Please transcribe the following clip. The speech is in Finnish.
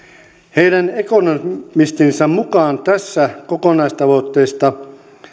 heidän ekonomistinsa mukaan tästä kokonaistavoitteesta